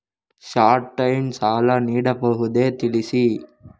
Short time ಸಾಲ ನೀಡಬಹುದೇ ತಿಳಿಸಿ?